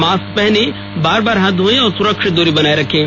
mask पहने बार बार हाथ धोएं और सुरक्षित दूरी बनाए रखें